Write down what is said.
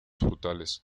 frutales